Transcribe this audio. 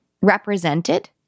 represented